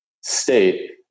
state